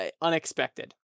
unexpected